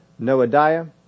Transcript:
Noadiah